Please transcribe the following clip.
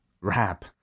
rap